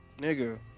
Nigga